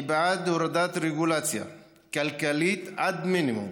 אני בעד הורדת רגולציה כלכלית עד מינימום,